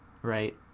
right